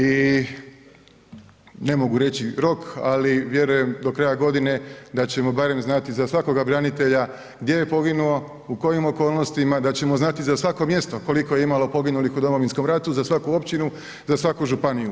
I ne mogu reći rok, ali vjerujem do kraja godine da ćemo barem znati za svakoga branitelja gdje je poginuo, u kojim okolnostima, da ćemo znati za svako mjesto koliko je imalo poginulih u Domovinskom ratu, za svaku općinu, za svaku županiju.